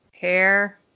hair